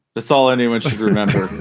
that's all anyone remember.